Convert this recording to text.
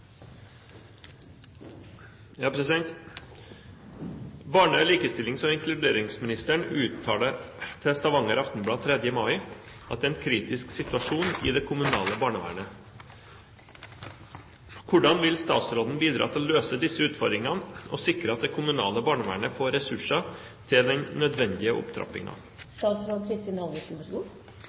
likestillings- og inkluderingsministeren uttaler til Stavanger Aftenblad 3. mai at det er en kritisk situasjon i det kommunale barnevernet. Hvordan vil statsråden bidra til å løse disse utfordringene og sikre at det kommunale barnevernet får ressurser til den nødvendige